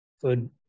good